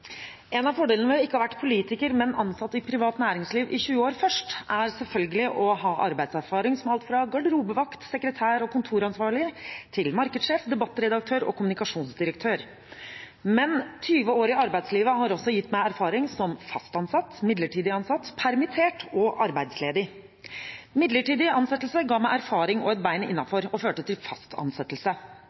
En av fordelene ved ikke å ha vært politiker, men ansatt i privat næringsliv i 20 år først er selvfølgelig å ha arbeidserfaring, som alt fra garderobevakt, sekretær og kontoransvarlig til markedssjef, debattredaktør og kommunikasjonsdirektør. Men 20 år i arbeidslivet har også gitt meg erfaring som fast ansatt, midlertidig ansatt, permittert og arbeidsledig. Midlertidig ansettelse ga meg erfaring og et bein innenfor og førte til fast ansettelse.